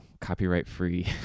copyright-free